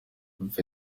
umva